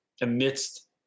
amidst